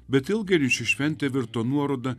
bet ilgainiui ši šventė virto nuoroda